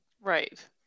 right